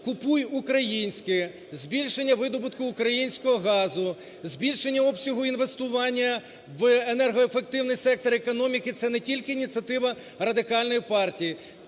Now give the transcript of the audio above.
"Купуй українське", збільшення видобутку українського газу, збільшення обсягу інвестування в енергоефективний сектор економіки - це не тільки ініціатива Радикальної партії,